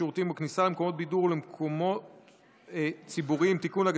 בשירותים ובכניסה למקומות בידור ולמקומות ציבוריים (תיקון,